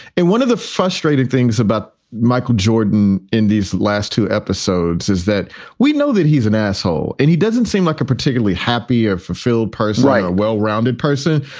and one of the frustrating things about michael jordan in these last two episodes is that we know that he's an asshole and he doesn't seem like a particularly happy or fulfilled post. right. a well rounded person.